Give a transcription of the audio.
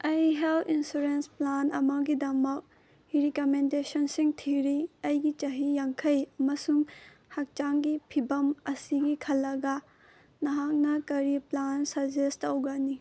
ꯑꯩ health insurance plan ꯑꯃꯒꯤ ꯔꯤꯀꯃꯦꯟꯗꯦꯁꯟꯁꯤꯡ ꯊꯤꯔꯤ ꯑꯩꯒꯤ ꯆꯍꯤ ꯌꯥꯡꯈꯩ ꯑꯃꯁꯨꯡ ꯍꯛꯆꯥꯡꯒꯤ ꯐꯤꯕꯝ ꯑꯁꯤꯒꯤ ꯈꯜꯂꯒ ꯅꯍꯥꯛꯅ ꯀꯔꯤ ꯄ꯭ꯂꯥꯟ ꯁꯖꯦꯁ ꯇꯧꯒꯅꯤ